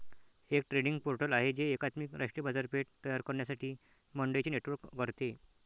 एक trading portal आहे जे एकात्मिक राष्ट्रीय बाजारपेठ तयार करण्यासाठी मंडईंचे नेटवर्क करते